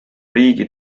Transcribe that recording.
riigi